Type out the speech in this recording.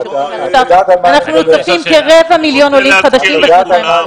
אנחנו צריכים כרבע מיליון עולים חדשים בשנתיים הקרובות.